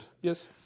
Yes